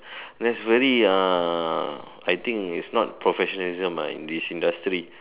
that's very uh I think it's not professionalism ah in this industry